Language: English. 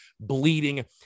bleeding